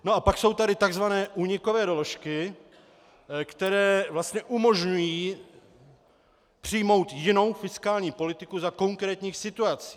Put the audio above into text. A pak jsou tady tzv. únikové doložky, které vlastně umožňují přijmout jinou fiskální politiku za konkrétních situací.